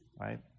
right